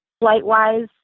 flight-wise